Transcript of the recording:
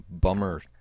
Bummer